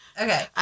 Okay